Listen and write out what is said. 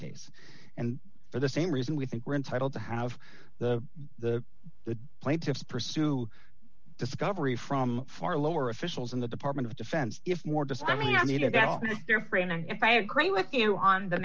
case and for the same reason we think we're entitled to have the the the plaintiffs pursue discovery from far lower officials in the department of defense if more discovery i mean again and i agree with you on the